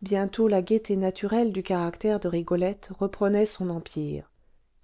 bientôt la gaieté naturelle du caractère de rigolette reprenait son empire